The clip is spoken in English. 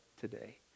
today